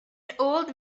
old